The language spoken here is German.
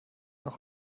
noch